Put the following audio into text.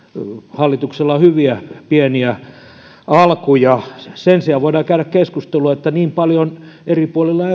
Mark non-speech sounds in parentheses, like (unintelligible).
hallituksella on hyviä pieniä alkuja sen sijaan voidaan käydä keskustelua kun eri puolilla (unintelligible)